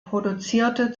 produzierte